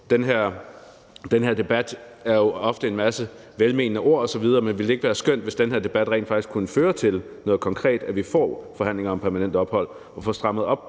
Den her debat har jo ofte en masse velmenende ord osv., men ville det ikke være skønt, hvis den her debat rent faktisk kunne føre til noget konkret, så vi får forhandlinger om permanent ophold og får strammet op